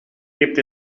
gibt